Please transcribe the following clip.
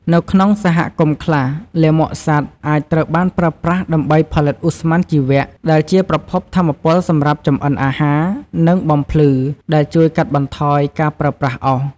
នៅក្នុងសហគមន៍ខ្លះ លាមកសត្វអាចត្រូវបានប្រើប្រាស់ដើម្បីផលិត ឧស្ម័នជីវៈ ដែលជាប្រភពថាមពលសម្រាប់ចម្អិនអាហារ និងបំភ្លឺ ដែលជួយកាត់បន្ថយការប្រើប្រាស់អុស។